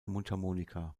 mundharmonika